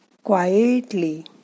Quietly